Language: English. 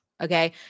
okay